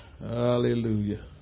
Hallelujah